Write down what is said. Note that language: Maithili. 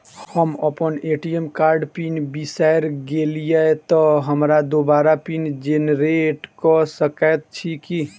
हम अप्पन ए.टी.एम कार्डक पिन बिसैर गेलियै तऽ हमरा दोबारा पिन जेनरेट कऽ सकैत छी की?